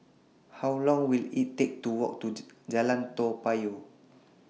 How Long Will IT Take to Walk to Jalan Toa Payoh